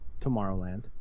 Tomorrowland